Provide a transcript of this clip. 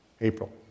April